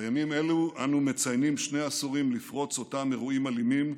בימים אלו אנחנו מציינים שני עשורים לפרוץ אותם אירועים אלימים,